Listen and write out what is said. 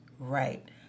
right